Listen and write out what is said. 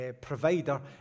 provider